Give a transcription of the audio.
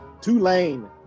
Tulane